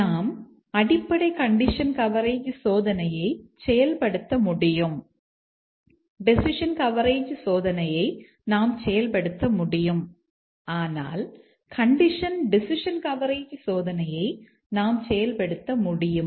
நாம் அடிப்படை condition coverage சோதனையை செயல்படுத்த முடியும் டெசிஷன் கவரேஜ் சோதனையை நாம் செயல்படுத்த முடியும் ஆனால் கண்டிஷன் டெசிஷன் கவரேஜ் சோதனையை நாம் செயல்படுத்த முடியுமா